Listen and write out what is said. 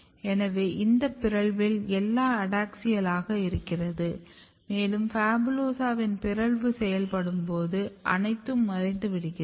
எனவே இந்த பிறழ்வில் எல்லாம் அடாக்ஸியலாக இருக்கிறது மேலும் PHABULOSA வின் பிறழ்வு செயல்புடும்போது அனைத்தும் மறைந்து விடுகிறது